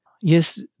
Yes